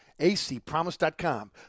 acpromise.com